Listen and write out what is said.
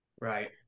Right